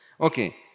Okay